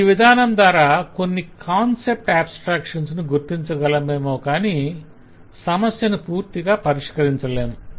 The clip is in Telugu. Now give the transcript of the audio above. ఈ విధానం ద్వార కొన్ని కాన్సెప్ట్ ఆబస్త్రాక్షన్స్ ను గుర్తించగలమేమో కాని సమస్యను పూర్తిగా పరిష్కరించలేము